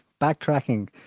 backtracking